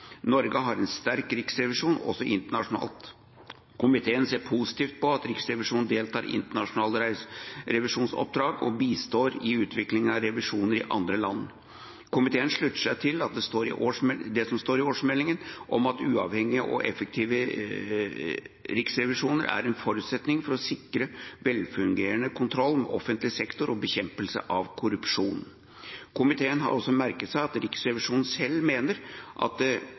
Norge har en sterk riksrevisjon – også internasjonalt. Komiteen ser positivt på at Riksrevisjonen deltar i internasjonale revisjonsoppdrag og bistår i utviklingen av revisjoner i andre land. Komiteen slutter seg til det som står i årsmeldingen om at uavhengige og effektive riksrevisjoner er en forutsetning for å sikre velfungerende kontroll med offentlig sektor og bekjempelse av korrupsjon. Komiteen har også merket seg at Riksrevisjonen selv mener at det